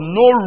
no